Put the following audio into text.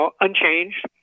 unchanged